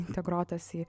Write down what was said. integruotas į